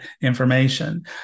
information